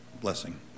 blessing